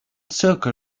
zirkel